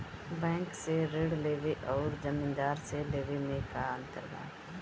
Bank से ऋण लेवे अउर जमींदार से लेवे मे का अंतर बा?